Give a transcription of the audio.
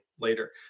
later